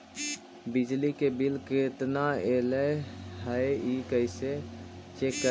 बिजली के बिल केतना ऐले हे इ कैसे चेक करबइ?